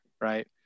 right